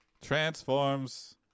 Transforms